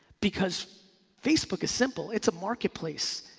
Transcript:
because facebook is simple, it's a marketplace.